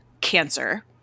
cancer